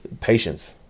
Patience